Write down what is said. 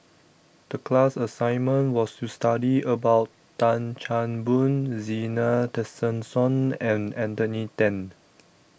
The class assignment was to study about Tan Chan Boon Zena Tessensohn and Anthony Then